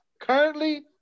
Currently